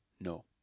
No